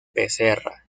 becerra